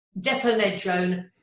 Depomedrone